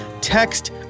text